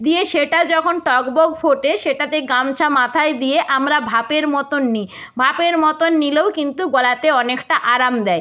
দিয়ে সেটা যখন টগবগ ফোটে সেটাতে গামছা মাথায় দিয়ে আমরা ভাপের মতন নিই ভাপের মতন নিলেও কিন্তু গলাতে অনেকটা আরাম দেয়